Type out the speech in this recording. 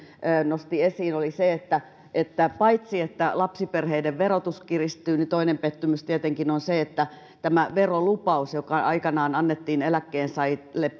nosti esiin oli se että että paitsi että lapsiperheiden verotus kiristyy niin toinen pettymys tietenkin on se että verolupaus joka aikanaan annettiin eläkkeensaajille